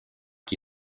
qui